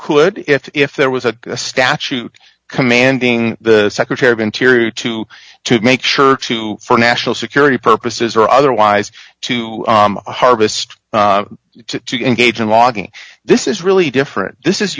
could if there was a statute commanding the secretary of interior to to make sure to for national security purposes or otherwise to harvest to engage in logging this is really different this is